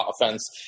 offense